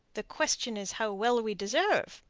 the question is how well we deserve,